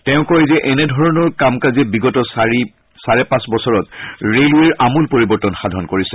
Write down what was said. তেওঁ কয় যে এনেধৰণৰ কাম কাজে বিগত চাৰে পাঁচ বছৰত ৰেলৱেৰ আমূল পৰিবৰ্তন সাধন কৰিছে